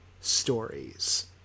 stories